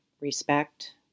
respect